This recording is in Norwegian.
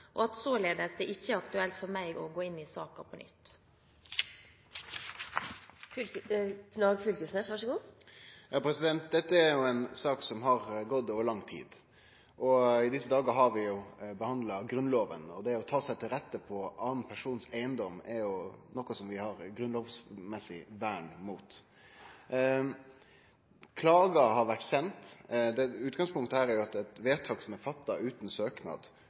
og at det således ikke var aktuelt for meg å gå inn i saken på nytt. Dette er ei sak som har gått over lang tid. I desse dagar har vi behandla Grunnloven, og det at nokon tar seg til rette på annan persons eigedom, er noko vi har grunnlovsmessig vern mot. Klager har vore sende – utgangspunktet her er at det er eit vedtak som er fatta utan søknad,